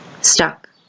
Stuck